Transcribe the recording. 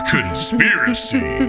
Conspiracy